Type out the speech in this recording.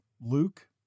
Luke